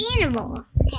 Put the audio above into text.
animals